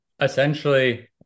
essentially